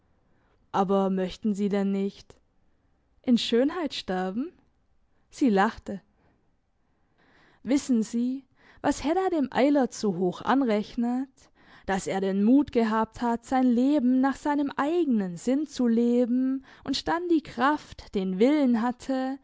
aber möchten sie denn nicht in schönheit sterben sie lachte wissen sie was hedda dem eilert so hoch anrechnet dass er den mut gehabt hat sein leben nach seinem eigenen sinn zu leben und dann die kraft den willen hatte